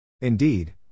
Indeed